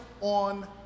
on